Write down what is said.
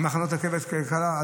עם תחנת רכבת קלה,